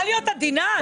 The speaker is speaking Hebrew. אני צריכה להיות עדינה.